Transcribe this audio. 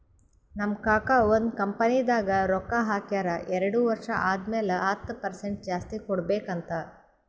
ನಮ್ ಕಾಕಾ ಒಂದ್ ಕಂಪನಿದಾಗ್ ರೊಕ್ಕಾ ಹಾಕ್ಯಾರ್ ಎರಡು ವರ್ಷ ಆದಮ್ಯಾಲ ಹತ್ತ್ ಪರ್ಸೆಂಟ್ ಜಾಸ್ತಿ ಕೊಡ್ಬೇಕ್ ಅಂತ್